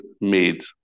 made